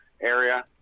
area